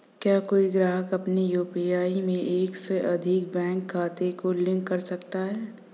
क्या कोई ग्राहक अपने यू.पी.आई में एक से अधिक बैंक खातों को लिंक कर सकता है?